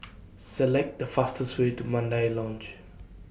Select The fastest Way to Mandai Lodge